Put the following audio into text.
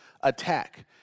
attack